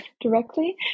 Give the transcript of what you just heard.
directly